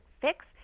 fix